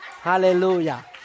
Hallelujah